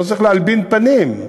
לא צריך להלבין פנים.